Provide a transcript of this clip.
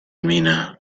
mina